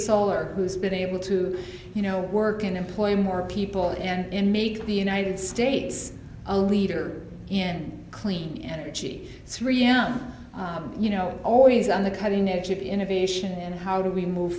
solar who's been able to you know work and employ more people and make the united states a leader in clean energy three am you know always on the cutting edge of innovation and how do we move